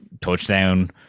touchdown